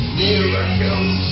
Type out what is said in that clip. miracles